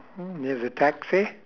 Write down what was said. mm there's a taxi